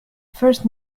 first